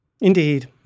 indeed